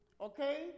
okay